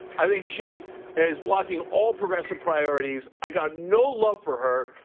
i think she is blocking all progressive priorities, i got no love for her.